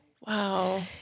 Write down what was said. Wow